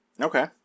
Okay